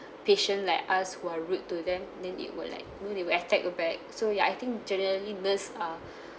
patient like us who are rude to them then they will like you know they will attack you back so ya I think generally nurse are